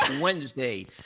Wednesday